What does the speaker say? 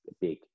big